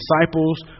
disciples